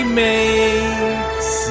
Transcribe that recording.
makes